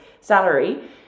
salary